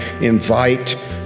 invite